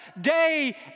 day